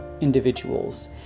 individuals